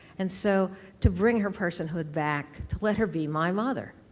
and so to bring her personhood back, to let her be my mother.